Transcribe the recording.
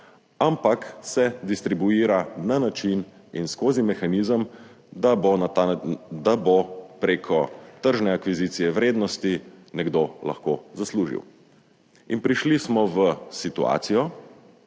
ampak se distribuira na način in skozi mehanizem, da bo prek tržne akvizicije vrednosti nekdo lahko zaslužil. Prišli smo v situacijo,